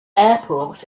airport